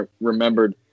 remembered